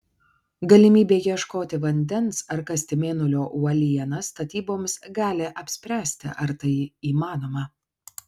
galimybė ieškoti vandens ar kasti mėnulio uolienas statyboms gali apspręsti ar tai įmanoma